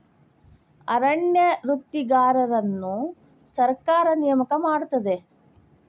ಅರಣ್ಯ ವೃತ್ತಿಗಾರರನ್ನು ಸರ್ಕಾರ ನೇಮಕ ಮಾಡುತ್ತದೆ